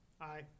Aye